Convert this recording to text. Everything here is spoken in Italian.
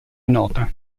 nota